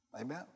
Amen